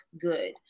good